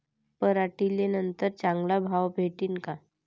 पराटीले नंतर चांगला भाव भेटीन का?